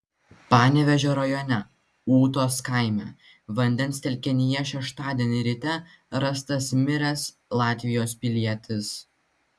panevėžio rajone ūtos kaime vandens telkinyje šeštadienį ryte rastas miręs latvijos pilietis